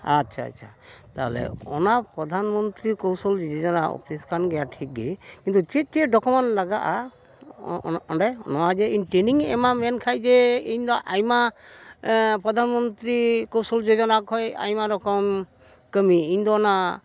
ᱟᱪᱪᱷᱟ ᱟᱪᱪᱷᱟ ᱛᱟᱦᱚᱞᱮ ᱚᱱᱟ ᱯᱨᱚᱫᱷᱟᱱ ᱢᱚᱱᱛᱨᱤ ᱠᱳᱥᱚᱞ ᱡᱳᱡᱚᱱᱟ ᱚᱯᱷᱤᱥ ᱠᱟᱱ ᱜᱮᱭᱟ ᱴᱷᱤᱠᱼᱜᱮ ᱠᱤᱱᱛᱩ ᱪᱮᱫ ᱪᱮᱫ ᱰᱚᱠᱩᱢᱮᱱᱴ ᱞᱟᱜᱟᱜᱼᱟ ᱚᱸᱰᱮ ᱱᱚᱣᱟ ᱡᱮ ᱤᱧ ᱴᱨᱮᱱᱤᱝᱼᱮ ᱮᱢᱟ ᱢᱮᱱᱠᱷᱟᱱ ᱡᱮ ᱤᱧᱫᱚ ᱟᱭᱢᱟ ᱯᱨᱚᱫᱷᱟᱱ ᱢᱚᱱᱛᱨᱤ ᱠᱳᱥᱚᱞ ᱡᱳᱡᱚᱱᱟ ᱠᱷᱚᱡ ᱟᱭᱢᱟ ᱨᱚᱠᱚᱢ ᱠᱟᱹᱢᱤ ᱤᱧᱫᱚ ᱚᱱᱟ